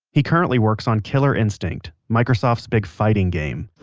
he currently works on killer instinct, microsoft's big fighting game,